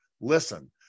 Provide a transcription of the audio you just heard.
Listen